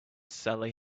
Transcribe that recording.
sally